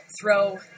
throw